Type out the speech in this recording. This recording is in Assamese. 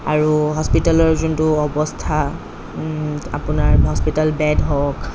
আৰু হস্পিতেলৰ যোনটো অৱস্থা আপোনাৰ হস্পিতেল বেড হওক